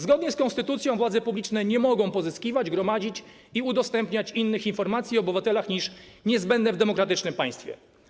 Zgodnie z konstytucją władze publiczne nie mogą pozyskiwać, gromadzić i udostępniać innych informacji o obywatelach niż niezbędne w demokratycznym państwie.